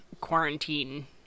quarantine